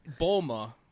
Bulma